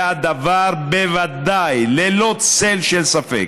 והדבר בוודאי, ללא צל של ספק,